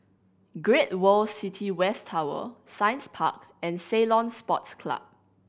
Great World City West Tower Science Park and Ceylon Sports Club